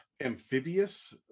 amphibious